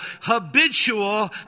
habitual